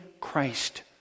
Christ